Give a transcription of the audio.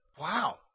Wow